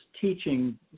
teaching